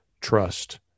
trust